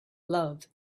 love